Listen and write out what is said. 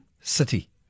City